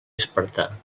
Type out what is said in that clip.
espartà